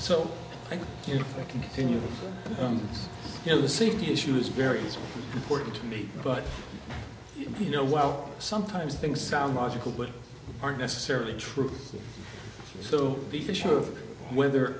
you can continue the you know the safety issue is very important to me but you know well sometimes things sound logical but aren't necessarily true so be sure whether